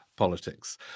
politics